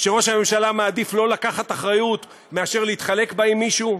שראש הממשלה מעדיף לא לקחת אחריות מאשר להתחלק בה עם מישהו?